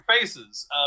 faces